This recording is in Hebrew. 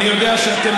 אני יודע שאתם